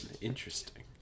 Interesting